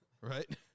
right